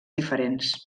diferents